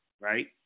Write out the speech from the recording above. right